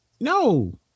No